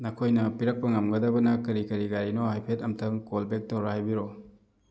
ꯅꯈꯣꯏꯅ ꯄꯤꯔꯛꯄ ꯉꯝꯒꯗꯕꯅ ꯀꯔꯤ ꯀꯔꯤꯅꯣ ꯍꯥꯏꯐꯦꯠ ꯑꯝꯇꯪ ꯀꯣꯜ ꯕꯦꯛ ꯇꯧꯔ ꯍꯥꯏꯕꯤꯔꯛꯑꯣ